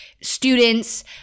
students